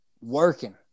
working